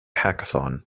hackathon